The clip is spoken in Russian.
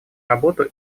работу